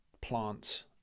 plant